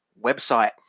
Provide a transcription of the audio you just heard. website